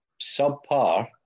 subpar